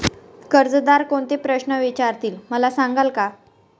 कर्जदार कोणते प्रश्न विचारतील, मला सांगाल का?